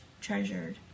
treasured